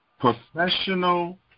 professional